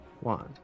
One